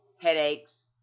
headaches